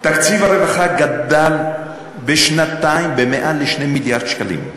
תקציב הרווחה גדל בשנתיים במעל 2 מיליארד שקלים.